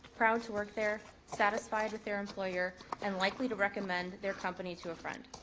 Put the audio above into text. proud to work there, satisfied with their employer, and likely to recommend their company to a friend.